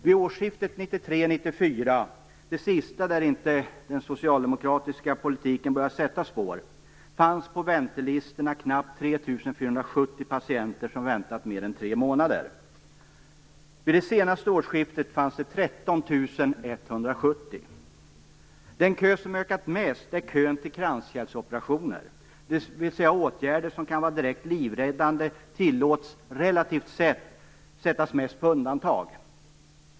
Vid årsskiftet 1993/1994, det sista där inte den socialdemokratiska politiken börjat sätta spår, fanns på väntelistorna knappt 3 470 patienter som väntat mer än tre månader. Vid det senaste årsskiftet var det 13 170. Den kö som ökat mest är kön till kranskärlsoperationer; dvs. åtgärder som kan vara direkt livräddande tillåts, relativt sett, sättas mest på undantag.